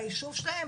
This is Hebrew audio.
ביישוב שלהם,